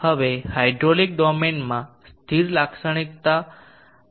હવે હાઇડ્રોલિક ડોમેનમાં સ્થિર લાક્ષણિકતા વળાંક આ કંઈક છે